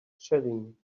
chilling